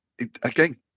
again